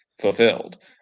fulfilled